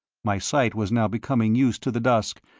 my sight was now becoming used to the dusk,